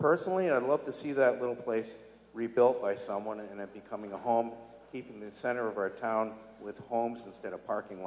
personally i'd love to see that little place rebuilt by someone and it becoming a home keep in the center of our town with the homes instead of parking